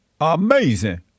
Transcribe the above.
Amazing